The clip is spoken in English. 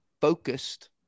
focused